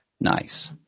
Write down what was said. Nice